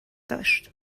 داشت